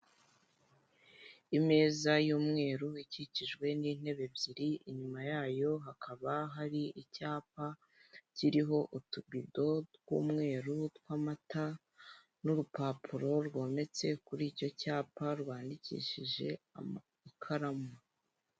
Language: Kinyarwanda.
Imeza y'umweru ikikijwe n'intebe ebyiri, inyuma yayo hakaba hari icyapa kiriho utubido tw'umweru, tw'amata, n'urupapuro rwometse kuri icyo cyapa rwandikishije ikaramu.